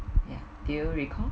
ya do you recalled